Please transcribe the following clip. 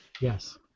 Yes